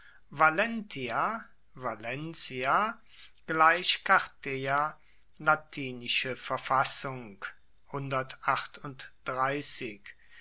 gleich carteia latinische verfassung